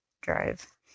drive